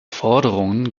forderungen